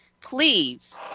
please